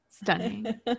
Stunning